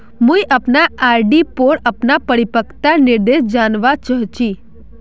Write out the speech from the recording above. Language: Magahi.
मुई अपना आर.डी पोर अपना परिपक्वता निर्देश जानवा चहची